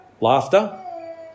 Laughter